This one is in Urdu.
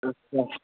اچھا